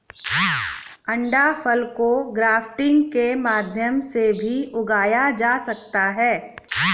अंडाफल को ग्राफ्टिंग के माध्यम से भी उगाया जा सकता है